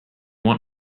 want